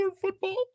football